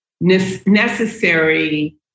necessary